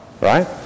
Right